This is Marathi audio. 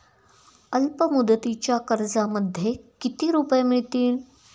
अल्पमुदतीच्या कर्जामध्ये किती रुपये मिळतील?